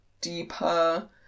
deeper